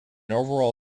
overall